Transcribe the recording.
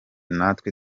natwe